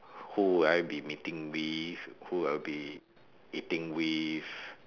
who will I be meeting with who I'll be eating with